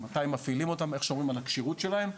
מתי מפעילים אותן ואיך שומרים על הכשירות שלהן.